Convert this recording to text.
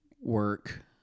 work